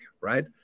right